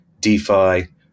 DeFi